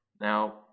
Now